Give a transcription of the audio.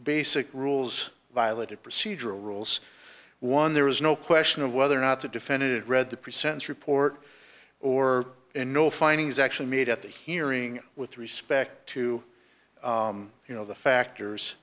basic rules violated procedural rules one there was no question of whether or not to defend it read the pre sentence report or in no findings actually meet at the hearing with respect to you know the factors